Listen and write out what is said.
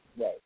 right